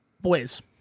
boys